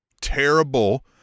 terrible